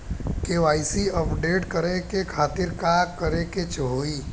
KYC update करे के खातिर का करे के होई?